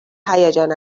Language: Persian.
هیجان